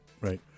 right